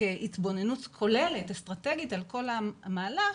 שכהתבוננות כוללות, אסטרטגית על כל המהלך,